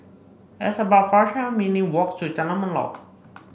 it's about minutes' walks to Jalan Melor